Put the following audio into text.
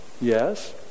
yes